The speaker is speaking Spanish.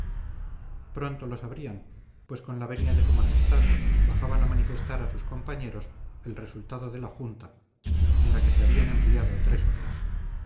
pronto lo sabrían pues con la venia de su majestad bajaban a manifestar a sus compañeros el resultado de la junta en la que se habían empleado tres horas